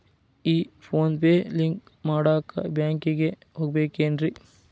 ಈ PhonePe link ಮಾಡಾಕ ಬ್ಯಾಂಕಿಗೆ ಹೋಗ್ಬೇಕೇನ್ರಿ?